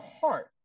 heart